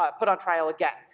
ah put on trial again.